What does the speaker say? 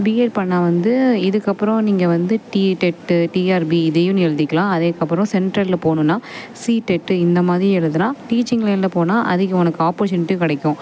BEd பண்ணிணா வந்து இதுக்கப்புறம் நீங்கள் வந்து டி டெட்டு டிஆர்பி இதையும் நீ எழுதிக்கலாம் அதுக்கப்புறம் சென்ட்ரலில் போகணும்னா சிடெட்டு இந்தமாதிரி எழுதுனா டீச்சிங் லைனில் போனால் அதிக உனக்கு ஆப்பர்ச்சுனிட்டியும் கிடைக்கும்